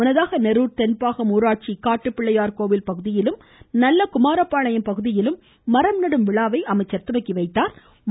முன்னதாக நெரூர் தென்பாகம் ஊராட்சி காட்டு பிள்ளையார் கோவில் பகுதியிலும் நல்லகுமார பாளையம் பகுதியிலும் மரம் நடும் விழாவை அமைச்சர் துவக்கி வைத்தாா்